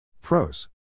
Pros